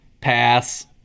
Pass